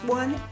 one